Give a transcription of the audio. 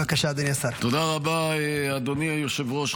רבה, אדוני היושב-ראש.